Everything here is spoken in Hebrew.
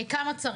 כמה צריך.